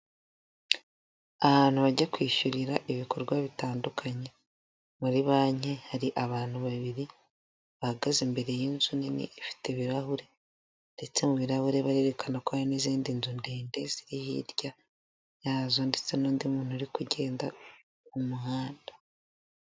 Ahantu bajya kwishyurira ibikorwa bitandukanye. Muri banki hari abantu babiri bahagaze imbere y'inzu nini ifite ibirahure. Ndetse mu birahure barererekana ko hari n'izindi nzu ndende ziri hirya yazo, ndetse n'undi muntu uri kugenda mu muhanda.